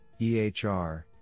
EHR